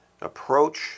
approach